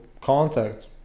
contact